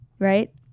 Right